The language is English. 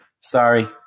sorry